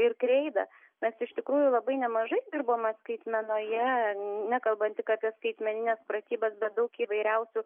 ir kreidą mes iš tikrųjų labai nemažai dirbome skaitmenoje nekalbant tik apie skaitmenines pratybas bet daug įvairiausių